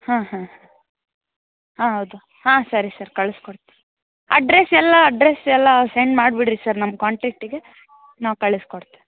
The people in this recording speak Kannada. ಹಾಂ ಹಾಂ ಹಾಂ ಹೌದು ಹಾಂ ಸರಿ ಸರ್ ಕಳಸ್ಕೊಡ್ತಿವ್ ಅಡ್ರಸ್ ಎಲ್ಲ ಅಡ್ರಸ್ ಎಲ್ಲ ಸೆಂಡ್ ಮಾಡಿಬಿಡ್ರಿ ಸರ್ ನಮ್ಮ ಕಾಂಟ್ಯಾಕ್ಟಿಗೆ ನಾವು ಕಳಸ್ಕೊಡ್ತೀವಿ